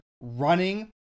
running